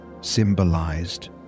symbolized